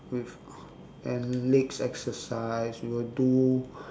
with and legs exercise we will do